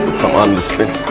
some underspin.